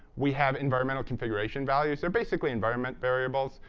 we have environmental configuration values. they're basically environment variables,